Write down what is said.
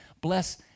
bless